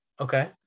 okay